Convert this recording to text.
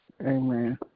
Amen